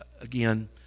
again